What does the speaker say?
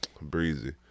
Breezy